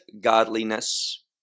godliness